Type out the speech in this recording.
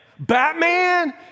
Batman